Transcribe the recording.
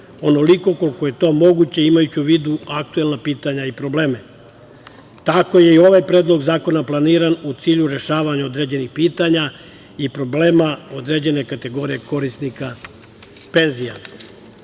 onoliko koliko je to moguće imajući u vidu aktuelna pitanja i probleme. Tako je i ovaj predlog zakona planiran, u cilju rešavanja određenih pitanja i problema određene kategorije korisnika penzija. Osnovni